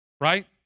Right